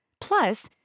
Plus